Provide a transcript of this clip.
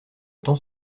temps